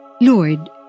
Lord